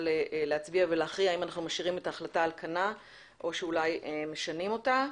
להצביע ולהכריע האם משאירים את ההחלטה על כנה או שאולי משנים אותה.